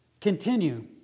continue